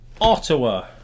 Ottawa